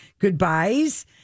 goodbyes